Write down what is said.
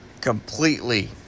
completely